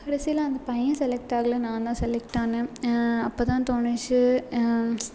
கடைசியில் அந்த பையன் செலக்ட் ஆகல நான்தான் செலக்ட் ஆன அப்போ தான் தோணுச்சு